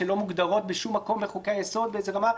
שלא מוגדרות בשום מקום בחוקי היסוד באיזו רמה.